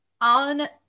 on